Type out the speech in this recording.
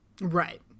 Right